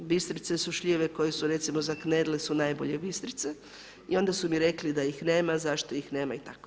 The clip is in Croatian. Bistrice su šljive koje su recimo za knedle su najbolje bistrice i onda su mi rekli da ih nema, zašto ih nema itd.